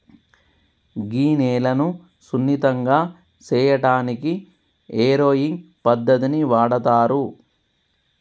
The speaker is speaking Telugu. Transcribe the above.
గీ నేలను సున్నితంగా సేయటానికి ఏరోయింగ్ పద్దతిని వాడుతారు